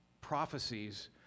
prophecies